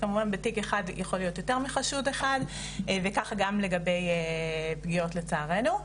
כמובן בתיק אחד יכול להיות יותר מחשוד אחד וככה גם לגבי פגיעות לצערנו.